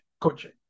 coaching